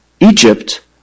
Egypt